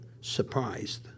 surprised